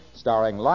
starring